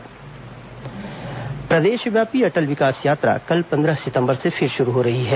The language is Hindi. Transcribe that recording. अटल विकास यात्रा प्रदेश व्यापी अटल विकास यात्रा कल पन्द्रह सितम्बर से फिर शुरू हो रही है